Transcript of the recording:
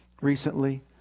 recently